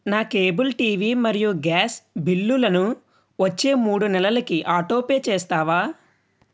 నా cable TV మరియు gas బిల్లులను వచ్చే మూడు నెలలకి ఆటో పే చేస్తావా